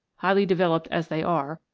highly developed as they are,